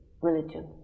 religion